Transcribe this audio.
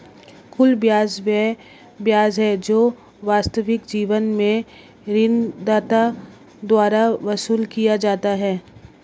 कुल ब्याज वह ब्याज है जो वास्तविक जीवन में ऋणदाता द्वारा वसूल किया जाता है